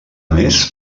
més